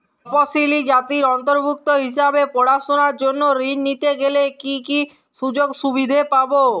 তফসিলি জাতির অন্তর্ভুক্ত হিসাবে পড়াশুনার জন্য ঋণ নিতে গেলে কী কী সুযোগ সুবিধে পাব?